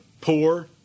poor